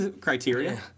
criteria